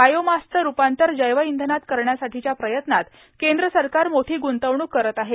बायोमासचं ठुपांतर जैवइंधनात करण्यासाठीच्या प्रयत्नात केंद्र सरकार मोठी ग्रुंतवणूक करत आहे